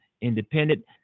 independent